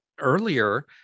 earlier